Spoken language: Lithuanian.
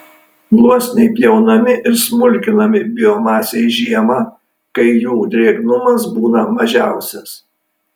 gluosniai pjaunami ir smulkinami biomasei žiemą kai jų drėgnumas būna mažiausias